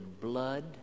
blood